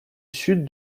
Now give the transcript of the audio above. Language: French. sud